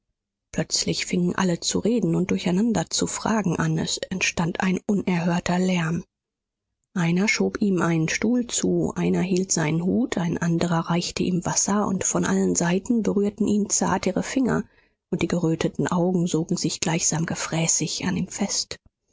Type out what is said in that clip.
plötzlich fingen alle zu reden und durcheinander zu fragen an es entstand ein unerhörter lärm einer schob ihm einen stuhl zu einer hielt seinen hut ein anderer reichte ihm wasser und von allen seiten berührten ihn zart ihre finger und die geröteten augen sogen sich gleichsam gefräßig an ihm fest